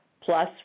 plus